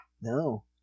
No